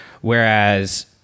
Whereas